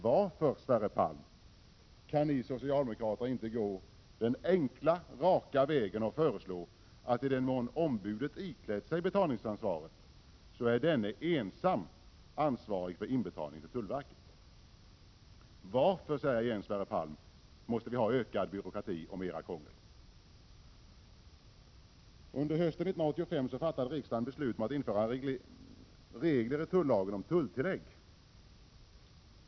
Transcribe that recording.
Varför, Sverre Palm, kan ni socialdemokrater inte gå den enkla, raka vägen och föreslå att i den mån ombudet iklätt sig betalningsansvaret är denne ensam ansvarig för betalningen till tullverket? Varför, Sverre Palm, måste vi ha ökad byråkrati och mer krångel? Under hösten 1985 fattade riksdagen beslut om att införa regler i tullagen om tulltillägg.